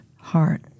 heart